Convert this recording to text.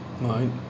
right